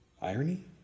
Irony